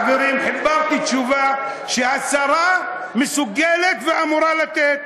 חברים, חיברתי תשובה שהשרה מסוגלת ואמורה לתת.